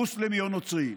מוסלמי או נוצרי,